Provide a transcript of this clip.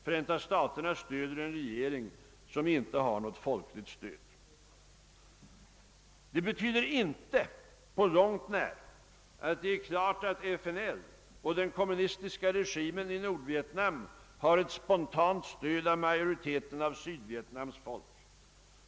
Förenta staterna stöder en regering som inte har något folkligt stöd. Detta betyder inte på långt när att det är klart att FNL och den kommunistiska regimen i Nordvietnam har ett spontant stöd av majoriteten av Sydvietnams folk.